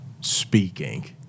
speaking